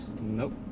Nope